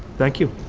thank you.